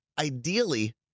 ideally